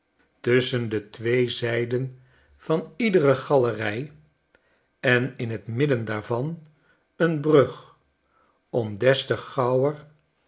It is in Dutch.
tusschen de twee zijden van iedere galerij en in t midden daarvan een brug om des te gauwer